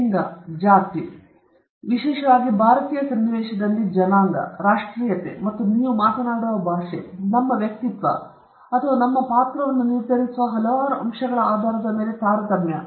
ಲಿಂಗ ಜಾತಿ ವಿಶೇಷವಾಗಿ ಭಾರತೀಯ ಸನ್ನಿವೇಶದಲ್ಲಿ ಜನಾಂಗ ರಾಷ್ಟ್ರೀಯತೆ ಮತ್ತು ನೀವು ಮಾತನಾಡುವ ಭಾಷೆ ನಮ್ಮ ವ್ಯಕ್ತಿತ್ವ ಅಥವಾ ನಮ್ಮ ಪಾತ್ರವನ್ನು ನಿರ್ಧರಿಸುವ ಹಲವಾರು ಅಂಶಗಳ ಆಧಾರದ ಮೇಲೆ ತಾರತಮ್ಯ